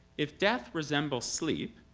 if death resembles sleep,